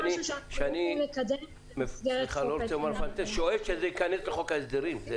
שאני שואף שזה יכנס לחוק ההסדרים.